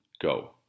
go